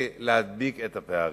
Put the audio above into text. להדביק את הפערים.